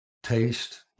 Taste